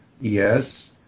yes